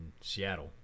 Seattle